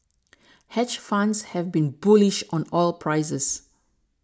hedge funds have been bullish on oil prices